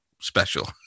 special